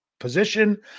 position